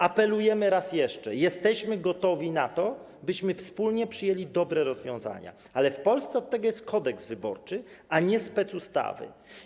Apelujemy raz jeszcze: jesteśmy gotowi na to, byśmy wspólnie przyjęli dobre rozwiązania, ale w Polsce od tego jest Kodeks wyborczy, a nie specustawy.